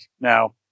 Now